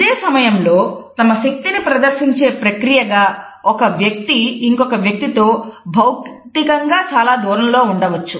ఇదే సమయంలో తమ శక్తిని ప్రదర్శించే ప్రక్రియగా ఒక వ్యక్తి ఇంకొకరితో భౌతికంగా చాలా దూరంలో ఉండవచ్చు